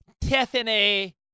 Tiffany